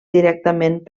directament